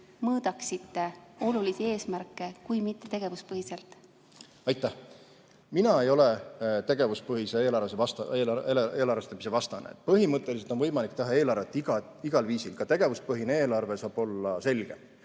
mõõdaksite olulisi eesmärke, kui mitte tegevuspõhiselt? Aitäh! Mina ei ole tegevuspõhise eelarvestamise vastane. Põhimõtteliselt on võimalik teha eelarvet igal viisil. Ka tegevuspõhine eelarve saab olla selge